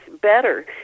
better